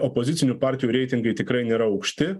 opozicinių partijų reitingai tikrai nėra aukšti